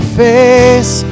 face